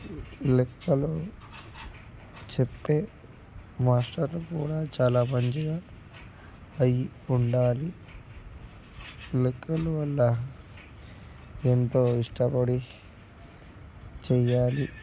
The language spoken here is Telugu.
లెక్కలు చెప్పే మాస్టారు కూడా చాలా మంచిగా హై ఉండాలి లెక్కల వల్ల ఎంతో ఇష్టపడి చేయాలి